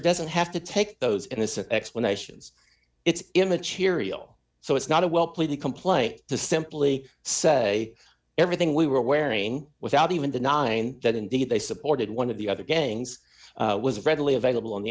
doesn't have to take those innocent explanations it's immaterial so it's not a well plea complaint to simply say everything we were wearing without even the nine that indeed they supported one of the other gangs was readily available on the